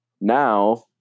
now